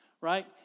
right